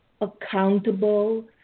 accountable